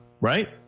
right